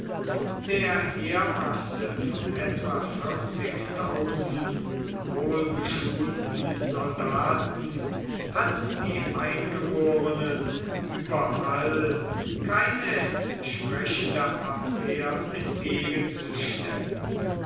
der heermasse von etwa vierzig wohl geschulten soldaten hatten die eingeborenen überall keine entsprechende abwehr entgegenzustellen